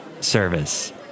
Service